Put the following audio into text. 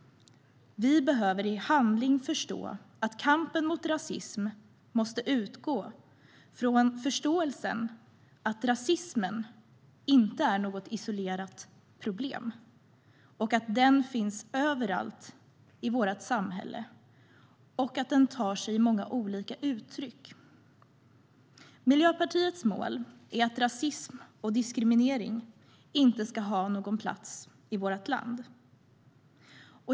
Vi behöver i handling förstå att kampen mot rasism måste utgå från förståelsen att rasismen inte är något isolerat problem och att den finns överallt i vårt samhälle och att den tar sig många olika uttryck. Miljöpartiets mål är att rasism och diskriminering inte ska ha någon plats i vårt land.